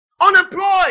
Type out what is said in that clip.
unemployed